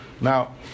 Now